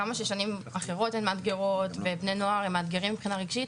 כמה ששנים אחרות הן מאתגרות ובני נוער מאותגרים מבחינה רגשית,